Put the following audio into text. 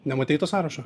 nematei to sąrašo